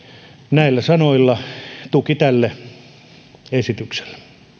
näillä sanoilla tuki tälle esitykselle